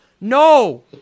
No